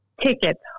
tickets